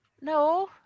No